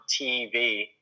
TV